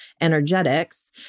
energetics